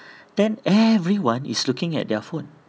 then everyone is looking at their phone